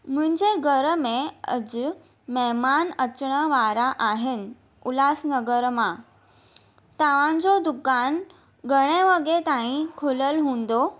मुंहिंजे घर में अॼु महिमान अचणु वारा आहिनि उल्हास नगर मां तव्हांजो दुकानु घणे लॻे ताईं खुलियलु हूंदो